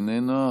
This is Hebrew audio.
איננה,